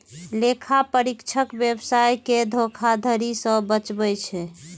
लेखा परीक्षक व्यवसाय कें धोखाधड़ी सं बचबै छै